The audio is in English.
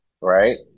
right